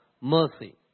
mercy